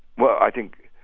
well, i think,